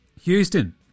Houston